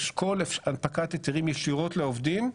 לשקול הנפקת היתרים ישירות לעובדים,